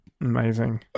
Amazing